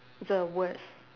it's a word